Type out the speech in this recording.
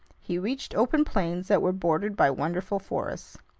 he reached open plains that were bordered by wonderful forests.